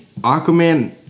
Aquaman